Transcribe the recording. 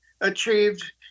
achieved